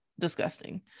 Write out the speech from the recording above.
disgusting